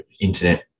internet